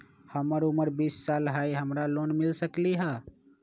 हमर उमर बीस साल हाय का हमरा लोन मिल सकली ह?